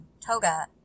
toga